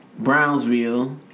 Brownsville